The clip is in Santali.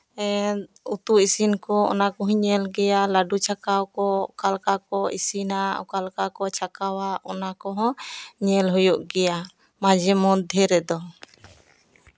ᱩᱛᱩ ᱤᱥᱤᱱ ᱠᱚ ᱚᱱᱟ ᱠᱚᱦᱚᱧ ᱧᱮᱞ ᱜᱮᱭᱟ ᱞᱟᱹᱰᱩ ᱪᱷᱟᱠᱟᱣ ᱠᱚ ᱚᱠᱟ ᱞᱮᱠᱟ ᱠᱚ ᱤᱥᱤᱱᱟ ᱚᱠᱟ ᱞᱮᱠᱟ ᱠᱚ ᱪᱷᱟᱠᱟᱣᱟ ᱚᱱᱟ ᱠᱚᱦᱚᱸ ᱧᱮᱞ ᱦᱩᱭᱩᱜ ᱜᱮᱭᱟ ᱢᱟᱡᱷᱮ ᱢᱚᱫᱽᱫᱷᱮ ᱨᱮᱫᱚ